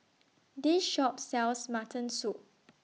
This Shop sells Mutton Soup